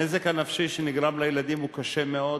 הנזק הנפשי שנגרם לילדים קשה מאוד,